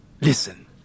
Listen